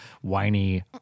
whiny